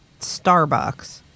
Starbucks